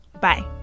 Bye